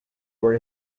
were